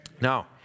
Now